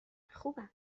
خوبم